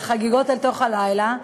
לחגיגות אל תוך הלילה,